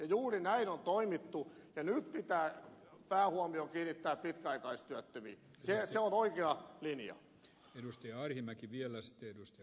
juuri näin on toimittu ja nyt pitää päähuomio kiinnittää pitkäaikaistyöttömiin se on oikea linja